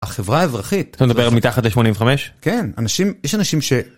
החברה האברכית, אתה מדבר מתחת ל-85? כן, יש אנשים ש...